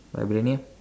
Vibranium